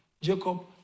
Jacob